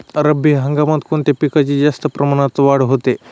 रब्बी हंगामात कोणत्या पिकांची जास्त प्रमाणात वाढ होते?